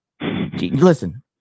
listen